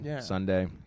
Sunday